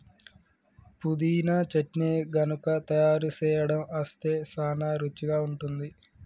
పుదీనా చట్నీ గనుక తయారు సేయడం అస్తే సానా రుచిగా ఉంటుంది